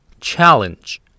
Challenge